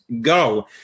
go